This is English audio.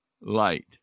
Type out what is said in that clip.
light